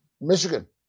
Michigan